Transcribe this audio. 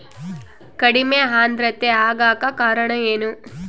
ಕಡಿಮೆ ಆಂದ್ರತೆ ಆಗಕ ಕಾರಣ ಏನು?